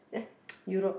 eh Europe